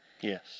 Yes